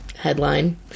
headline